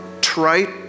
trite